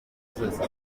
zose